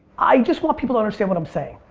i just want people to understand what i'm saying.